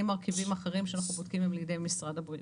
מרכיבים אחרים שאנחנו בודקים במשרד הבריאות,